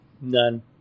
None